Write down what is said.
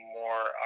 more